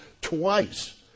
twice